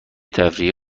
تفریحی